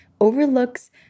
overlooks